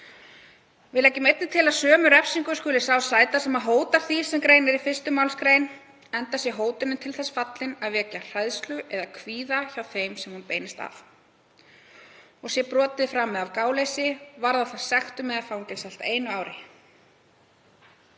Við leggjum einnig til að sömu refsingu skuli sá sæta sem hótar því sem greinir í 1. mgr. enda sé hótunin til þess fallin að vekja hræðslu eða kvíða hjá þeim sem hún beinist að. Sé brotið framið af gáleysi varðar það sektum eða fangelsi allt að einu ári.